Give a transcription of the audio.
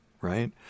Right